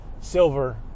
Silver